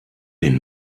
den